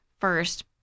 First